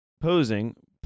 posing